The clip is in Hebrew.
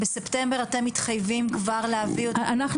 בספטמבר אתם מתחייבים כבר להעביר --- אנחנו